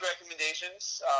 recommendations